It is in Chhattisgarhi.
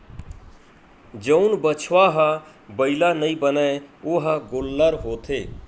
जउन बछवा ह बइला नइ बनय ओ ह गोल्लर होथे